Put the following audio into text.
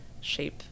shape